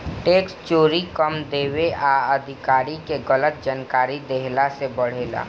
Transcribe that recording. tax चोरी कम देवे आ अधिकारी के गलत जानकारी देहला से बढ़ेला